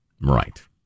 Right